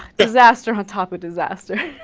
disaster type of disaster